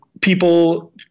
people